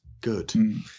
Good